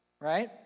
right